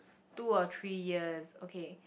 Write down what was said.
two or three years okay